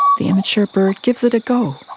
um the immature bird gives it a go,